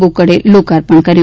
બોકડેએ લોકાર્પણ કર્યું